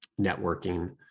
networking